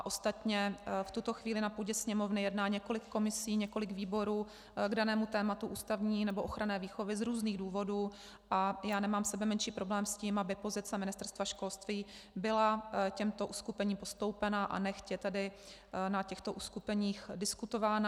Ostatně v tuto chvíli na půdě Sněmovny jedná několik komisí, několik výborů k danému tématu ústavní nebo ochranné výchovy z různých důvodů a já nemám sebemenší problém s tím, aby pozice Ministerstva školství byla těmto uskupením postoupena a nechť je tedy na těchto uskupeních diskutována.